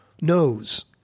knows